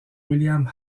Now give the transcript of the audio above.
william